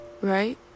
right